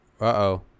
Uh-oh